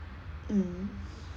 mm